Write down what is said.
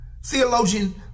theologian